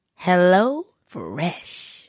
HelloFresh